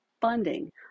funding